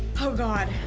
oh god,